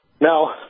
Now